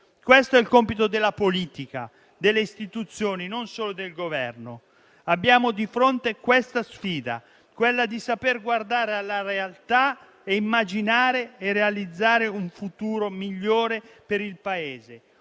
Questo è il compito della politica e delle istituzioni, non solo del Governo. Abbiamo di fronte la sfida di saper guardare alla realtà e immaginare e realizzare un futuro migliore per il Paese,